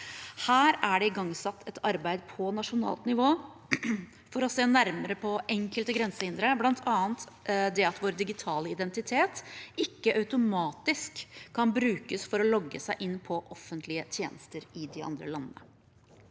Her er det igangsatt et arbeid på nasjonalt nivå for å se nærmere på enkelte grensehindre, bl.a. det at vår digitale identitet ikke automatisk kan brukes for å logge seg inn på offentlige tjenester i de andre landene.